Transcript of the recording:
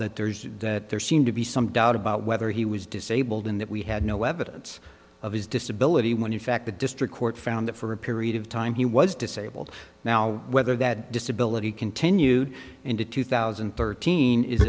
that there is that there seemed to be some doubt about whether he was disabled in that we had no evidence of his disability when in fact the district court found that for a period of time he was disabled now whether that disability continued into two thousand and thirteen is